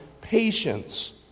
patience